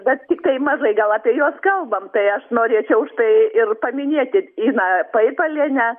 bet tiktai mažai gal apie juos kalbam tai aš norėčiau užtai ir paminėti iną paipalienę